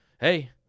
hey